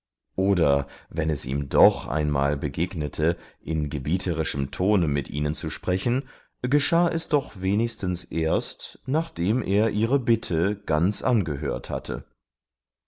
oder wenn es ihm doch einmal begegnete in gebieterischem tone mit ihnen zu sprechen geschah es doch wenigstens erst nachdem er ihre bitte ganz angehört hatte